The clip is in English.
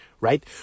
Right